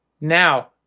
now